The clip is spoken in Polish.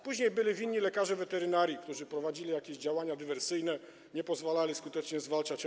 Później byli winni lekarze weterynarii, którzy prowadzili jakieś działania dywersyjne, nie pozwalali skutecznie zwalczać ASF.